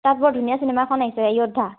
তাত বৰ ধুনীয়া চিনেমা এখন আহিছে য়োদ্ধা